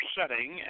setting